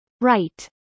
Right